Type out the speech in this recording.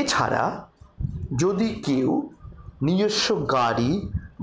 এছাড়া যদি কেউ নিজস্ব গাড়ি